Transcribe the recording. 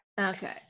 okay